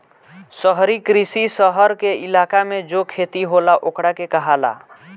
शहरी कृषि, शहर के इलाका मे जो खेती होला ओकरा के कहाला